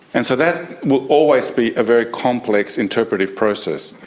and so that will always be a very complex interpretive process.